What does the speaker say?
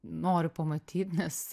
noriu pamatyt nes